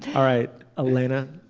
all right alina.